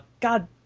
God